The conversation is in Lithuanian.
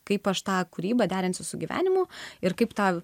kaip aš tą kūrybą derinsiu su gyvenimu ir kaip tą